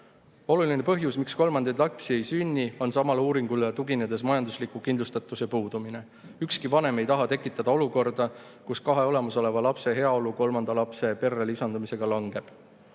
Miks? Oluline põhjus, miks kolmandaid lapsi ei sünni, on samale uuringule tuginedes majandusliku kindlustatuse puudumine. Ükski vanem ei taha tekitada olukorda, kus kahe olemasoleva lapse heaolu kolmanda lapse perre lisandumisega langeb. Isamaa